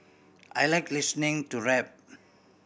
I like listening to rap